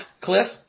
Cliff